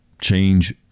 change